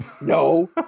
No